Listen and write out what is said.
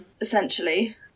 essentially